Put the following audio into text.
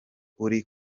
uri